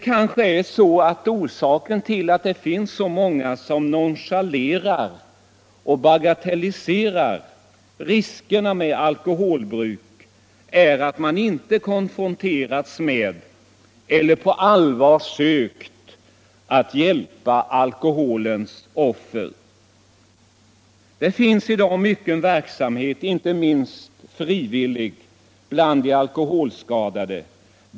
Kanske är orsaken till att så många nonchalerar och bagatelliserar riskerna med alkoholbruket att man inte konfronterats med eller på allvar sökt hjälpa alkoholens offer. Det finns i dag mycken verksamhet, inte minst frivillig, bland de alkoholskadade.